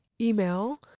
email